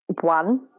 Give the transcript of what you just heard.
one